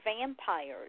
Vampires